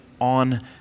on